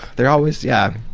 they're always yeah